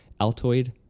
Altoid